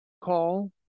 call